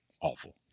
awful